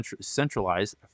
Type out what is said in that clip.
centralized